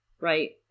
right